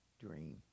dream